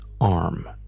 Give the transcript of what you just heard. arm